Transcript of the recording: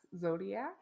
Zodiac